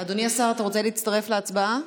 אדוני השר, אתה רוצה להצטרף להצבעה?